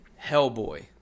Hellboy